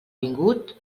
vingut